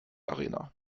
arena